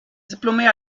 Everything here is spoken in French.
diplômés